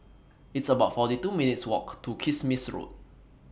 It's about forty two minutes' Walk to Kismis Road